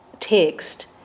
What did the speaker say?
Text